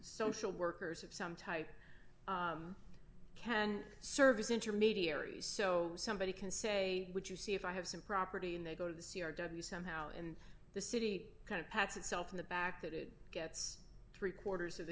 social workers of some type can serve as intermediaries so somebody can say what you see if i have some property and they go to the c r w somehow and the city kind of pats itself in the back that it gets three quarters of the